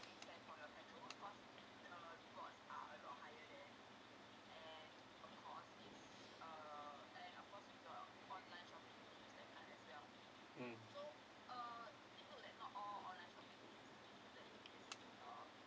mm